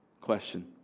question